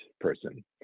person